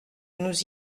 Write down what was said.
nous